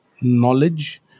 knowledge